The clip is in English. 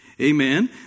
Amen